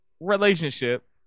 relationship